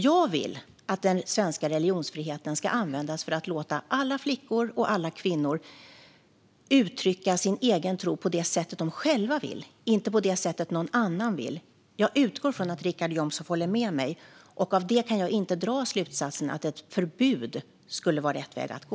Jag vill att den svenska religionsfriheten ska användas för att låta alla flickor och alla kvinnor uttrycka sin egen tro på det sätt de själva vill, inte på det sätt någon annan vill. Jag utgår från att Richard Jomshof håller med mig. Av det kan jag inte dra slutsatsen att ett förbud skulle vara rätt väg att gå.